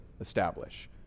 establish